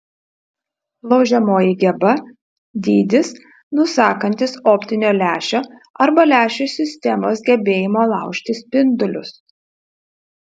laužiamoji geba dydis nusakantis optinio lęšio arba lęšių sistemos gebėjimą laužti spindulius